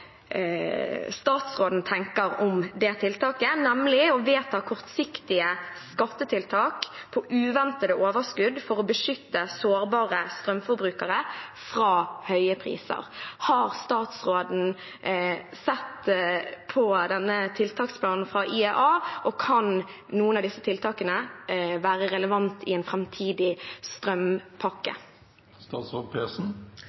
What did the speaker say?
statsråden tenker om det tiltaket, nemlig å vedta kortsiktige skattetiltak på uventede overskudd for å beskytte sårbare strømforbrukere fra høye priser. Har statsråden sett på denne tiltaksplanen fra IEA, og kan noen av disse tiltakene være relevante i en framtidig